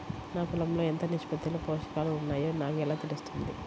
నా పొలం లో ఎంత నిష్పత్తిలో పోషకాలు వున్నాయో నాకు ఎలా తెలుస్తుంది?